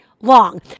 long